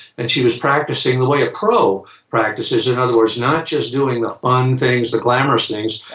and she was practicing the way a pro practices. in other words, not just doing the fun things, the glamorous things.